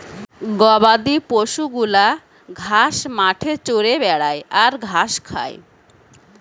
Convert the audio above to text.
গবাদি পশু গুলা ঘাস মাঠে চরে বেড়ায় আর ঘাস খায়